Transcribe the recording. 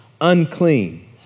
unclean